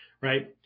right